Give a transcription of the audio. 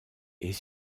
est